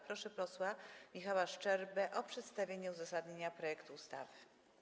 Proszę posła Michała Szczerbę o przedstawienie uzasadnienia projektu ustawy.